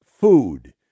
food